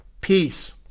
peace